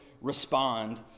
respond